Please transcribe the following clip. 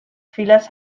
filas